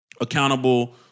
accountable